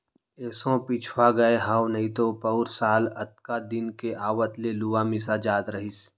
एसो पिछवा गए हँव नइतो पउर साल अतका दिन के आवत ले लुवा मिसा जात रहिस